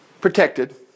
protected